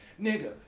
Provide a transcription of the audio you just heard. Nigga